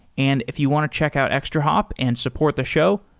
and if you want to check out extrahop and support the show,